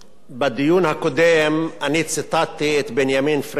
בדיון הקודם אני ציטטתי את בנימין פרנקלין,